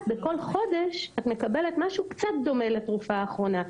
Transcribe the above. בכל חודש את מקבלת משהו קצת דומה לתרופה האחרונה,